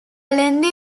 lengthy